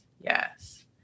Yes